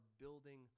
building